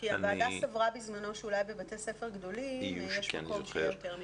כי הוועדה סברה בזמנו שאולי בבתי ספר גדולים יש מקום שיהיה יותר מאחד.